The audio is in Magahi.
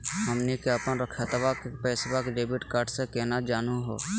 हमनी के अपन खतवा के पैसवा डेबिट कार्ड से केना जानहु हो?